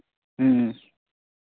ᱦᱮᱸ